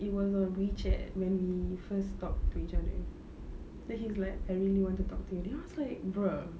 it was on wechat when we first talk to each other then he's like I really want to talk to you then I was like bro